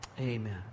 Amen